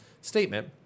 statement